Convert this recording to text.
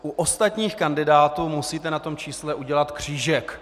U ostatních kandidátů musíte na tom čísle udělat křížek.